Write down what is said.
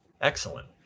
Excellent